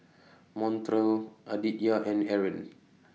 Montrell Aditya and Eryn